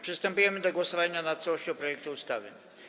Przystępujemy do głosowania nad całością projektu ustawy.